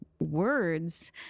words